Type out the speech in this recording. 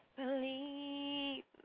believe